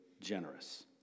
generous